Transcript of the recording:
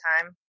time